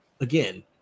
again